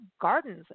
gardens